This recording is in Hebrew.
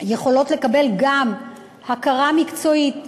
יכולות לקבל גם הכרה מקצועית,